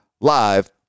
live